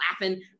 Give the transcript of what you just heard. laughing